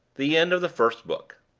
the end of the first book.